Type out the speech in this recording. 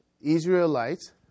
Israelites